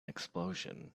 explosion